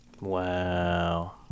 Wow